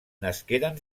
nasqueren